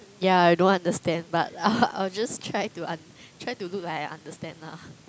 ya I don't understand but I'll I'll just try to und~ try to look like I understand lah